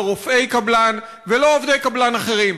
לא רופאי קבלן ולא עובדי קבלן אחרים.